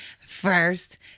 first